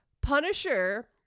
Punisher